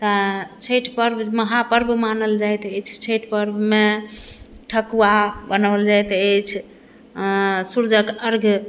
छठि पर्व महापर्व मानल जाइत अछि छठि पर्वमे ठकुआ बनाओल जाइत अछि सूर्यक अर्घ